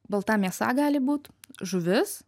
balta mėsa gali būt žuvis